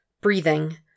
breathing